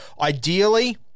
Ideally